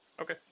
Okay